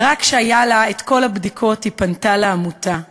ורק כשהיו לה כל הבדיקות היא פנתה לעמותה.